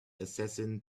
assassin